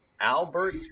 Albert